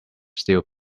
still